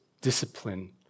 discipline